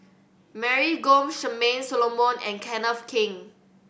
Mary Gomes Charmaine Solomon and Kenneth Keng